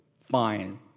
fine